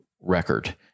record